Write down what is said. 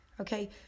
Okay